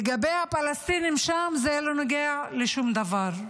לגבי הפלסטינים שם זה לא נוגע לשום דבר.